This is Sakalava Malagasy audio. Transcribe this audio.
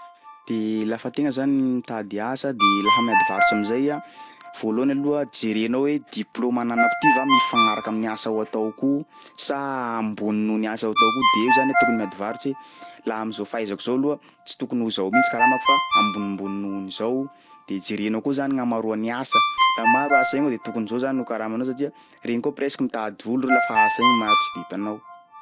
De lafa an-tegna zany mitady asa de laha miady varotry am'zay iha, voalohany aloha jerenao hoe diplaoma ananako ty va mifagnaraka amin'ny asa ho ataoko io sa ambony noho ny asa ho ataoko io de eo zany aho tokony miady varotry laha am'zao fahaizako zao aloha tsy tokony ho zao mihitsy karamako ambonimbony noho zao de jerenao koa zany gn'amaroany asa, laha maro asa igny de tokony zao zany no karamanao satria regny koa presque mitady olo reo lafa asa igny maro tsy de mpanao.